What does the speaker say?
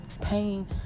Pain